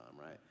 right